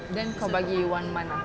then kau bagi one month ah